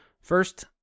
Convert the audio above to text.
first